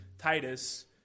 Titus